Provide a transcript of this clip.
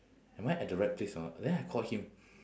am I at the right place or not then I call him